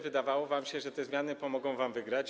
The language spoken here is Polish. Wydawało wam się, że te zmiany pomogą wam wygrać.